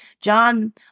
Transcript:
John